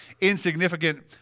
insignificant